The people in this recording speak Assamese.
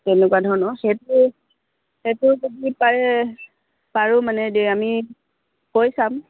তেনেকুৱা ধৰণৰ সেইটো সেইটো যদি পাৰে পাৰোঁ মানে দে আমি কৈ চাম